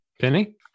Penny